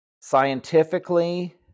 Scientifically